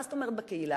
מה זאת אומרת בקהילה?